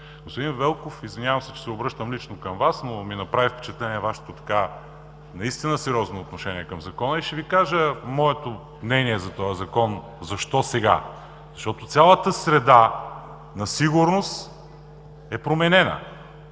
Господин Велков, извинявам се, че се обръщам лично към Вас, но ми направи впечатление Вашето сериозно отношение към Закона. Ще Ви кажа моето мнение – защо сега този Закон? Защото цялата среда на сигурност е променена